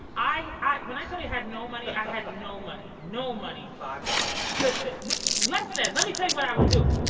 i i when i tell you i had no money, i had no money no money five dollars listen no, less than. let me tell you what i would do.